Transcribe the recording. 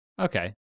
Okay